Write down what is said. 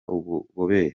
ububobere